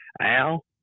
Al